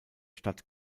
stadt